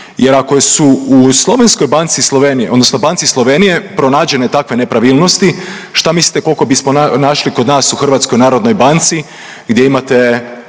jer ako su u slovenskoj Banci Slovenije, odnosno Banci Slovenije pronađene takve nepravilnosti, šta mislite koliko bismo našli kod nas u HNB-u gdje imate